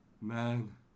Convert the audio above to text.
man